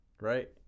Right